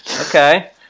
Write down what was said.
Okay